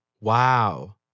Wow